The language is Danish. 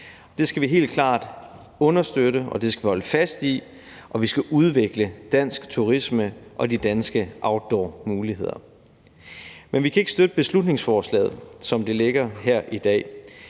Det skal vi helt klart understøtte, og det skal vi holde fast i, og vi skal udvikle dansk turisme og de danske outdoormuligheder. Men vi kan ikke støtte beslutningsforslaget, som det ligger her i dag,